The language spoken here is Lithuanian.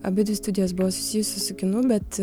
abidvi studijos buvo susijusios su kinu bet